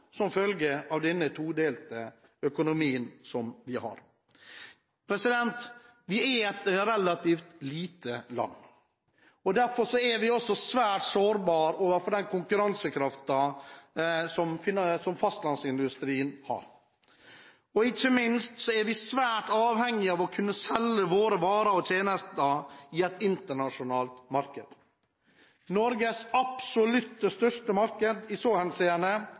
som følge av denne todelte økonomien som vi har. Vi er et relativt lite land. Derfor er vi også svært sårbare for den konkurransekraften som fastlandsindustrien har. Ikke minst er vi svært avhengig av å kunne selge våre varer og tjenester i et internasjonalt marked. Norges absolutt største marked i så henseende